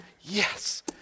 yes